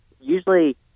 usually